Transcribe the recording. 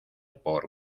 por